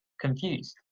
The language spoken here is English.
confused